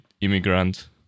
immigrant